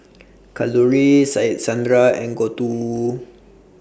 Kalluri Sandra and Gouthu